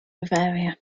bavaria